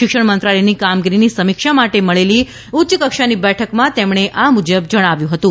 શિક્ષણ મંત્રાલયની કામગીરીની સમિક્ષા માટે મળેલી ઉચ્યકક્ષાની બેઠકમાં તેમણે આમ જણાવ્યુ હતું